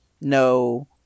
no